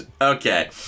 Okay